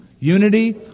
unity